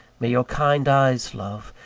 may your kind eyes, love,